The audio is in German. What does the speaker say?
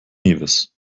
nevis